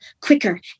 quicker